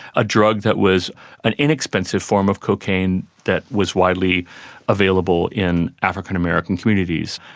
a drug that was an inexpensive form of cocaine that was widely available in african american communities.